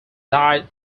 died